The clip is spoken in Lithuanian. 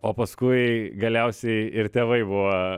o paskui galiausiai ir tėvai buvo